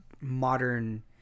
modern